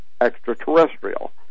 extraterrestrial